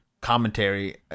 commentary